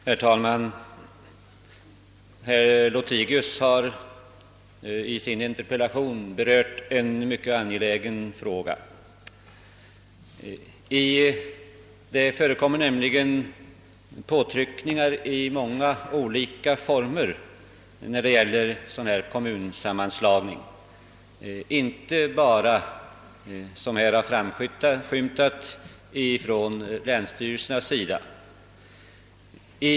Herr talman! Herr Lothigius har i sin interpellation berört en viktig fråga. Det förekommer nämligen påtryckningar av många olika slag då det gäller kommunsammanslagning — inte som här framskymtat bara från länsstyrelsernas sida.